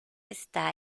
está